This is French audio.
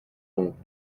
donc